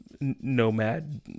nomad